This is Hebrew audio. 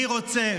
אני רוצה,